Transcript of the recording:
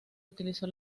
utilizó